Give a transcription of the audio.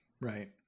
right